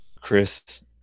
Chris